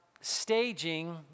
staging